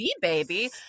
baby